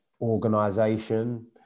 organization